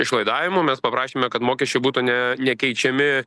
išlaidavimu mes paprašėme kad mokesčiai būtų ne nekeičiami